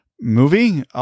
Movie